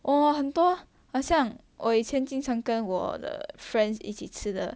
oh 很多很像我以前经常跟我的 friends 一起吃的